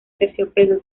terciopelo